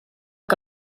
que